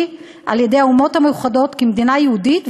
על-ידי האומות המאוחדות כמדינה יהודית,